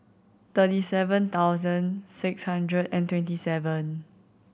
thirty seven thousand six hundred and twenty seven